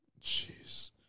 Jeez